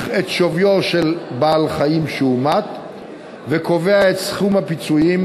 את שוויו של בעל-חיים שהומת וקובע את סכום הפיצויים